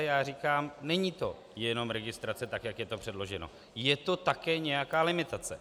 Já říkám: není to jenom registrace, tak jak je to předložené, je to také nějaká limitace.